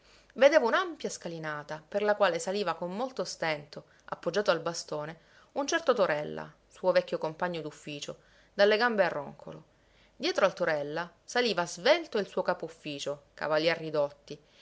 vedeva un'ampia scalinata per la quale saliva con molto stento appoggiato al bastone un certo torella suo vecchio compagno d'ufficio dalle gambe a roncolo dietro al torella saliva svelto il suo capo-ufficio cavalier ridotti